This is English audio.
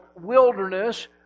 wilderness